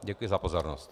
Děkuji za pozornost.